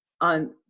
on –